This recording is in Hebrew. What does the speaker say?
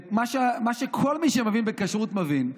כל מי שמבין בכשרות מבין.